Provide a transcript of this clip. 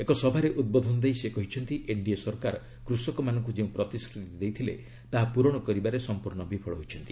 ଏକ ସଭାରେ ଉଦ୍ବୋଧନ ଦେଇ ସେ କହିଛନ୍ତି ଏନ୍ଡିଏ ସରକାର କୃଷମାନଙ୍କୁ ଯେଉଁ ପ୍ରତିଶ୍ରତି ଦେଇଥିଲେ ତାହା ପୂରଣ କରିବାରେ ସମ୍ପୂର୍ଣ୍ଣ ବିଫଳ ହୋଇଛନ୍ତି